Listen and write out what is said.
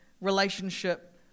relationship